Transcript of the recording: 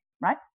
right